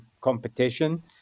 competition